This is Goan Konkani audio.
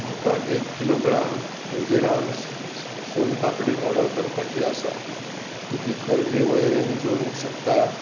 म्हाका एक किलोग्राम हल्दीराम्स सो सोन पापडी ऑर्डर करपाची आसा तूं ती खरदी वळेरेंत जोडूंक शकता